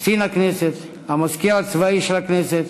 קצין הכנסת, המזכיר הצבאי של הנשיא,